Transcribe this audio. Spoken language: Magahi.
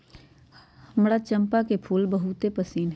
हमरा चंपा के फूल बहुते पसिन्न हइ